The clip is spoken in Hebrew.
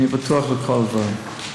אני בטוח בכל הדברים.